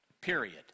Period